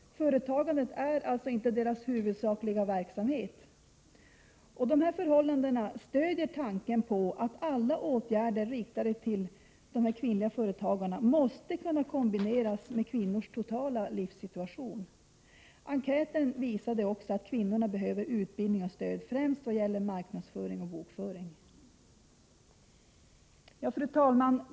Företagandet är alltså inte deras huvudsakliga verksamhet. Dessa förhållanden stödjer tanken på att alla åtgärder riktade till kvinnliga företagare måste kunna kombineras med kvinnornas totala livssituation. Enkäten visade också att kvinnorna behöver utbildning och stöd främst vad gäller marknadsföring och bokföring. Fru talman!